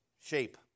shape